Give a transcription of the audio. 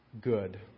good